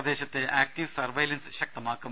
പ്രദേശത്ത് active surveillance ശക്തമാക്കും